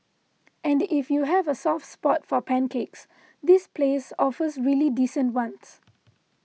and if you have a soft spot for pancakes this place offers really decent ones